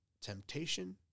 temptation